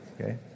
Okay